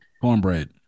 Cornbread